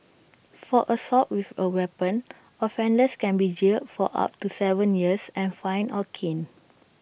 for assault with A weapon offenders can be jailed for up to Seven years and fined or caned